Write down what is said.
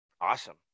awesome